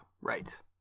right